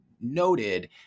noted